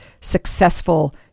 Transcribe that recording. successful